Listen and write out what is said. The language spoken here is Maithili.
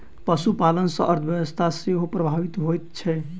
पशुपालन सॅ अर्थव्यवस्था सेहो प्रभावित होइत छै